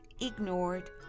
ignored